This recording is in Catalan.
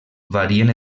varien